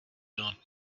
not